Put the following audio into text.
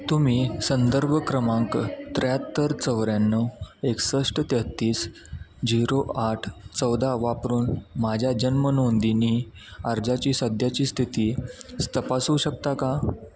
तुम्ही संदर्भ क्रमांक त्र्याहत्तर चौऱ्याण्णव एकसष्ट तेहत्तीस झिरो आठ चौदा वापरून माझ्या जन्मनोंदणी अर्जाची सध्याची स्थिती तपासू शकता का